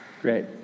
Great